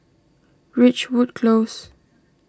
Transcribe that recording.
Ridgewood Close